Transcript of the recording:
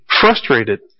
frustrated